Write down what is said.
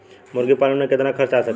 मुर्गी पालन में कितना खर्च आ सकेला?